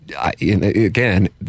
Again